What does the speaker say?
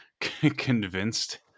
convinced